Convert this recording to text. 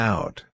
Out